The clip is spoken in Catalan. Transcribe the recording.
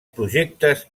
projectes